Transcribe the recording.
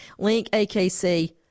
LinkAKC